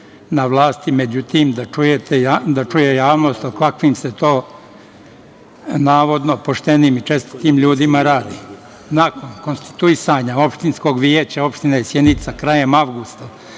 na vlasti. Međutim, da čuje javnost o kakvim se to navodno poštenim i čestitim ljudima radi. Nakon konstituisanja Opštinskog veća Opštine Sjenica, krajem avgusta